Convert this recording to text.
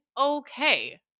okay